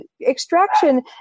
extraction